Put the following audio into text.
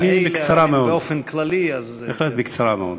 אם זה באופן כללי אז, בקצרה מאוד,